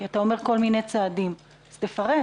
תפרט.